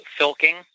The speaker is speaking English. Filking